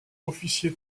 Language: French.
officier